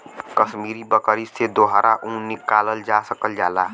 कसमीरी बकरी से दोहरा ऊन निकालल जा सकल जाला